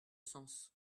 sens